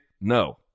No